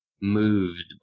moved